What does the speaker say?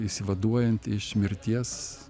išsivaduojant iš mirties